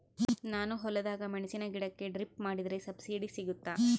ನಾನು ಹೊಲದಾಗ ಮೆಣಸಿನ ಗಿಡಕ್ಕೆ ಡ್ರಿಪ್ ಮಾಡಿದ್ರೆ ಸಬ್ಸಿಡಿ ಸಿಗುತ್ತಾ?